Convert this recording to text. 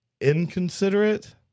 inconsiderate